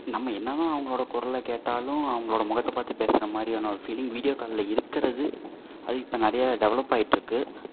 நம்ம என்ன தான் அவங்களோட குரலை கேட்டாலும் அவங்களோட முகத்தை பார்த்து பேசுறமாதிரியான ஒரு ஃபீலிங் வீடியோ காலில் இருக்கிறது அது இப்போ நிறைய டெவலப் ஆயிட்டு இருக்கு